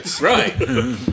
Right